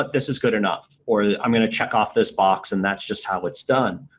but this is good enough, or i'm going check off this box and that's just how it's done.